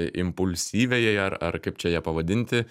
impulsyviai ar ar kaip čia ją pavadinti